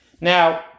Now